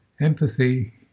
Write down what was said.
empathy